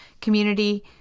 community